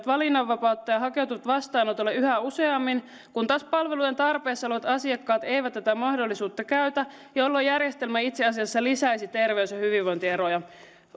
valinnanvapautta ja hakeutuvat vastaanotolle yhä useammin kun taas palvelujen tarpeessa olevat asiakkaat eivät tätä mahdollisuutta käytä jolloin järjestelmä itse asiassa lisäisi terveys ja hyvinvointieroja